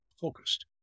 focused